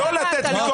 אומרת הכנסת לבית